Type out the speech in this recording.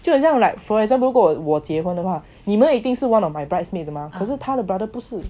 就很像 like for example 如果我结婚的话你们一定是 one of my brides maid 的吗可是他的 brother 不是